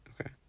Okay